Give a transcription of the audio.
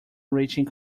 reaching